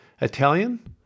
Italian